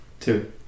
Two